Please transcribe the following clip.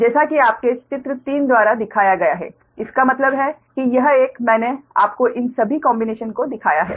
जैसा कि आपके चित्र 3 द्वारा दिखाया गया है इसका मतलब है कि यह एक मैंने आपको इन सभी कॉम्बिनेशन्स को दिखाया है